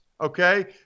okay